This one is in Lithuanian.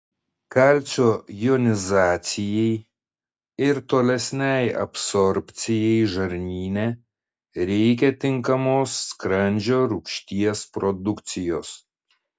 kalcio jonizacijai ir tolesnei absorbcijai žarnyne reikia tinkamos skrandžio rūgšties produkcijos